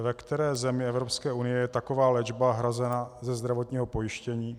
Ve které zemi Evropské unie je taková léčba hrazena ze zdravotního pojištění?